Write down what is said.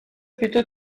plutôt